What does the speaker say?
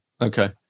Okay